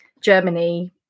germany